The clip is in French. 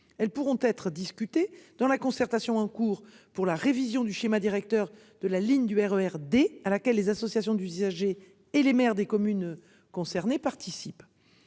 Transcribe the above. Elles pourront être discutés dans la concertation en cours pour la révision du schéma directeur de la ligne du RER D, à laquelle les associations d'usagers et les maires des communes concernées participent.